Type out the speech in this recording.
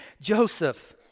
Joseph